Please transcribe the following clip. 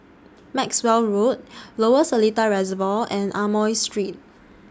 Maxwell Road Lower Seletar Reservoir and Amoy Street